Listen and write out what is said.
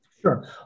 Sure